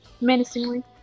menacingly